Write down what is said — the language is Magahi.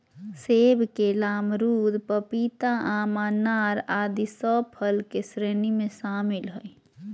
सेब, केला, अमरूद, पपीता, आम, अनार आदि सब फल के श्रेणी में शामिल हय